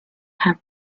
had